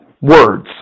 words